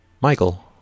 Michael